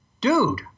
Dude